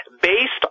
based